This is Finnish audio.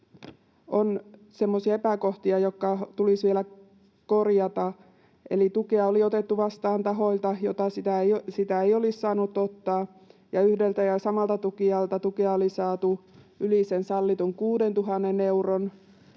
epäkohtia, jotka tulisi vielä korjata. Eli tukea oli otettu vastaan tahoilta, joilta sitä ei olisi saanut ottaa, ja yhdeltä ja samalta tukijalta tukea oli saatu yli sen sallitun 6 000 euron.